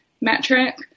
metric